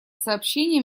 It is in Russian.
сообщение